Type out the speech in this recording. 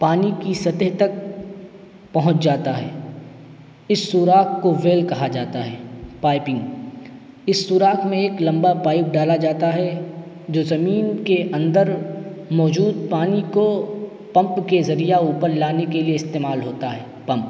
پانی کی سطح تک پہنچ جاتا ہے اس سوراخ کو ویل کہا جاتا ہے پائپنگ اس سوراخ میں ایک لمبا پائپ ڈالا جاتا ہے جو زمین کے اندر موجود پانی کو پمپ کے ذریعہ اوپر لانے کے لیے استعمال ہوتا ہے پمپ